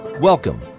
Welcome